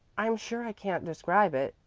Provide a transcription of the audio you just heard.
i'm sure i can't describe it.